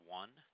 one